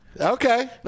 Okay